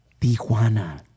Tijuana